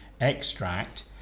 extract